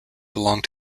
belong